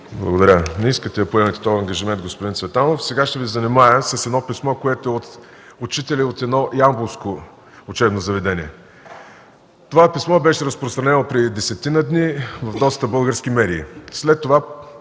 Благодаря. Не искате да поемете този ангажимент, господин Цветанов. Сега ще Ви занимая с едно писмо, което е от учители от едно ямболско учебно заведение. Това писмо беше разпространено преди десетина дни в доста български медии.